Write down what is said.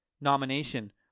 nomination